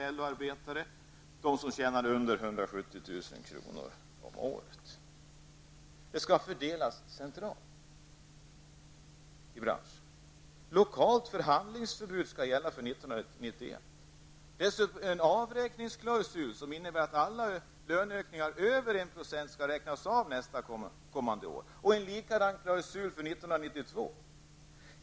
170 000 kr. per år. Det skall fördelas centralt i branschen. Lokalt förhandlingsförbud skall gälla för 1991. Dessutom finns en avräkningsklausul som innebär att alla löneökningar över 1 % skall räknas av nästkommande år. En liknande avräkningsklausul gäller även för 1992.